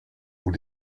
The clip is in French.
vous